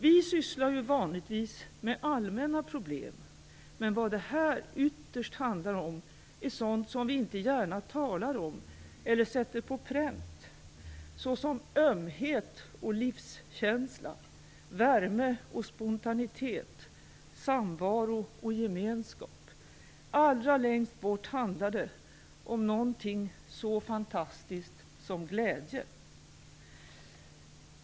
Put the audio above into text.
- Vi sysslar ju vanligtvis med allmänna problem, men vad det här ytterst handlar om är sådant som vi inte gärna talar om eller sätter på pränt, såsom ömhet och livskänsla, värme och spontanitet, samvaro och gemenskap. Allra längst bort handlar det om någonting så fantastiskt som glädje."